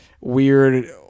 weird